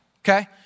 Okay